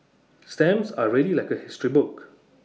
stamps are really like A history book